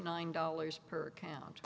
nine dollars per account